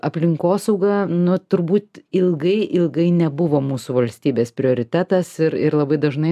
aplinkosauga nu turbūt ilgai ilgai nebuvo mūsų valstybės prioritetas ir ir labai dažnai